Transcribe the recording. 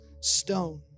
stone